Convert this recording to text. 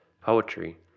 Poetry